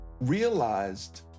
realized